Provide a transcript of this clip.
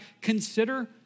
consider